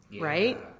Right